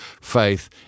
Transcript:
faith